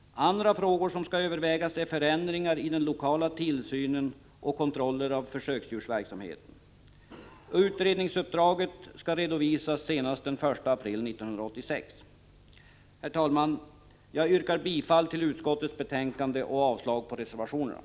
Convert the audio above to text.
Andra frågor som skall övervägas är förändringar i den lokala tillsynen och kontrollen av försöksdjursverksamheten. Utredningsuppdraget skall redovisas senast den 1 april 1986. Herr talman! Jag yrkar bifall till utskottets hemställan och avslag på reservationerna.